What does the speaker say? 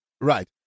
Right